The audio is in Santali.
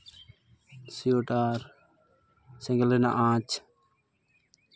ᱥᱩᱭᱮᱴᱟᱨ ᱥᱮᱸᱜᱮᱞ ᱨᱮᱱᱟᱜ ᱟᱸᱪ